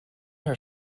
her